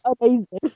amazing